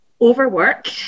Overwork